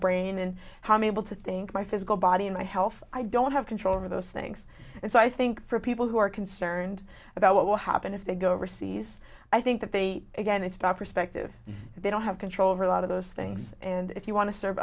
brain and how mabel to think my physical body and my health i don't have control over those things and so i think for people who are concerned about what will happen if they go overseas i think that they again it stop perspective they don't have control over a lot of those things and if you want to serve